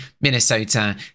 Minnesota